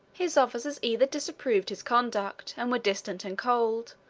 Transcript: his officers either disapproved his conduct, and were distant and cold,